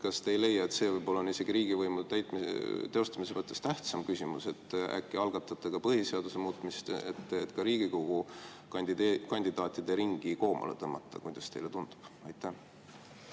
Kas te ei leia, et see võib-olla on riigivõimu teostamise mõttes tähtsam küsimus? Äkki algatate ka põhiseaduse muutmise, et ka Riigikogu kandidaatide ringi koomale tõmmata? Kuidas teile tundub? Aitäh,